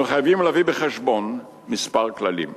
אנו חייבים להביא בחשבון כמה כללים.